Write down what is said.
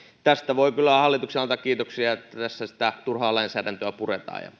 tästä voi kyllä hallitukselle antaa kiitoksia että tässä sitä turhaa lainsäädäntöä puretaan ja